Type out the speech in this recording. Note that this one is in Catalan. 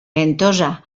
ventosa